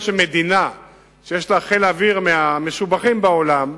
שמדינה שיש לה חיל אוויר מהמשובחים בעולם,